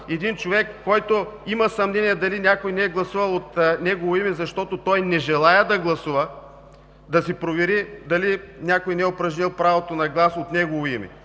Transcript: един човек, който има съмнение дали някой не е гласувал от негово име, защото той не желае да гласува, да си провери дали някой не е упражнил правото на глас от негово име